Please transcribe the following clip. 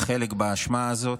חלק באשמה הזאת.